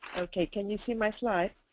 ok. can you see my slide?